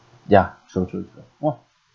ya so true true !wah!